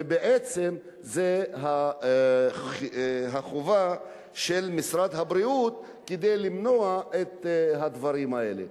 ובעצם זה החובה של משרד הבריאות כדי למנוע את הדברים האלה.